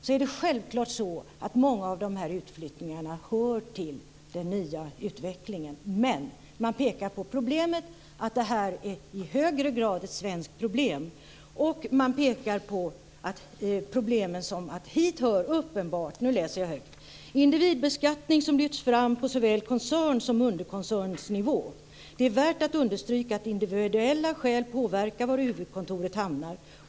Självklart är det så att många av de här utflyttningarna hör till den nya utvecklingen, men man pekar på att detta i högre grad är ett svenskt problem. Nu läser jag högt: "Hit hör uppenbart individbeskattning som lyfts fram på såväl koncern som underkoncernsnivå. Det är värt att understryka att individuella skäl påverkar var huvudkontoret hamnar.